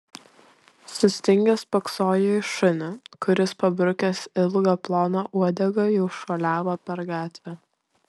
sustingęs spoksojo į šunį kuris pabrukęs ilgą ploną uodegą jau šuoliavo per gatvę